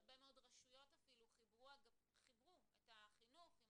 הרבה מאוד רשויות אפילו חיברו את החינוך עם